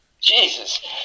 Jesus